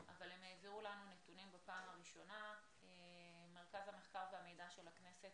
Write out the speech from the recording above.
אבל הם העבירו אלינו נתונים בפעם הראשונה ומרכז המחקר והמידע של הכנסת